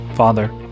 Father